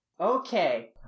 Okay